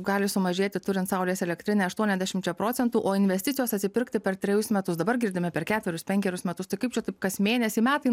gali sumažėti turint saulės elektrinę aštuonesdiašimčia procentų o investicijos atsipirkti per trejus metus dabar girdime per ketverius penkerius metus tai kaip čia taip kas mėnesį metai